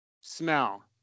Smell